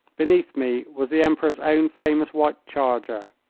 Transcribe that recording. beneath me was the emperor's own famous white charger.